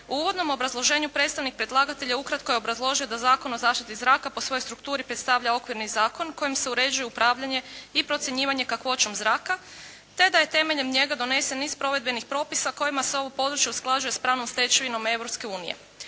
U uvodnom obrazloženju predstavnik predlagatelja ukratko je obrazložio da Zakon o zaštiti zraka po svojoj strukturi predstavlja okvirni zakon kojim se uređuje upravljanje i procjenjivanje kakvoćom zraka, te da je temeljem njega donesen iz provedbenih propisa kojima se ovo područje usklađuje s pravnom stečevinom